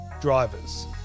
drivers